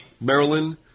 Maryland